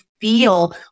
feel